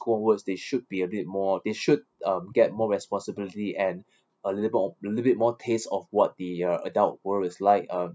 school onwards they should be a bit more they should um get more responsibility and a little bit m~ a little bit more taste of what the uh adult world is like um